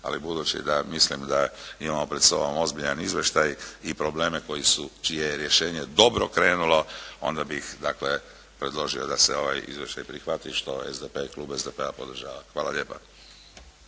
Ali budući da mislim da imamo pred sobom ozbiljan izvještaj i probleme koji su, čije je rješenje dobro krenulo onda bih dakle predložio da se ovaj izvještaj prihvati, što SDP, klub SDP-a podržava. Hvala lijepa.